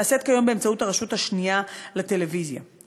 נעשית כיום באמצעות הרשות השנייה לטלוויזיה ולרדיו.